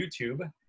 YouTube